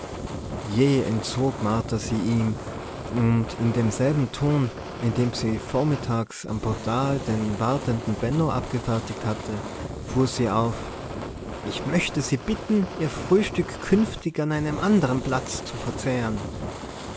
jäh entzog martha sie ihm und in demselben ton in dem sie vormittags am portal den wartenden benno abgefertigt hatte fuhr sie auf ich möchte sie bitten ihr frühstück künftig an einem anderen platz zu verzehren